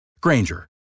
Granger